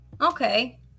okay